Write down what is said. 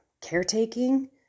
caretaking